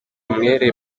umwere